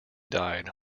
died